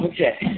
Okay